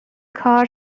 کار